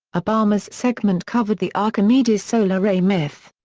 obama's segment covered the archimedes solar ray myth.